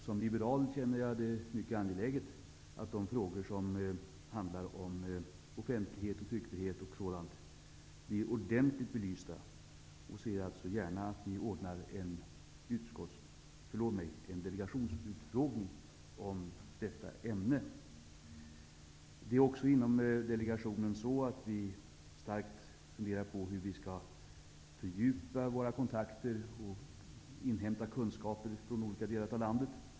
Som liberal känner jag det mycket angeläget att de frågor som handlar om offentlighet, tryckfrihet och sådant blir ordentligt belysta. Jag ser gärna att vi ordnar en delegationsutfrågning i detta ämne. Inom delegationen funderar vi starkt på hur vi skall fördjupa våra kontakter och inhämta kunskaper från olika delar av landet.